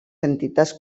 entitats